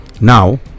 Now